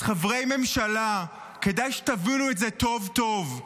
אז חברי הממשלה, כדאי שתבינו את זה טוב טוב: